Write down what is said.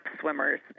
swimmers